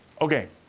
okay,